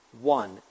one